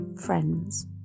friends